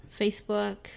facebook